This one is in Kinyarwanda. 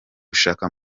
gushaka